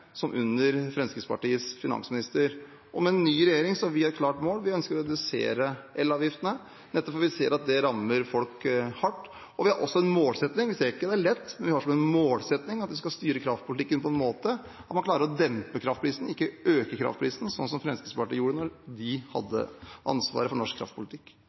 vi et klart mål: Vi ønsker å redusere elavgiftene, nettopp fordi vi ser at det rammer folk hardt. Vi har også en målsetting – vi sier ikke at det er lett, men vi har det som en målsetting – om at vi skal styre kraftpolitikken på en måte som gjør at man klarer å dempe kraftprisen, ikke øke kraftprisen, slik Fremskrittspartiet gjorde da de hadde ansvaret for norsk kraftpolitikk.